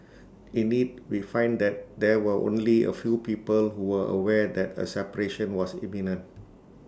in IT we find that there were only A few people who were aware that A separation was imminent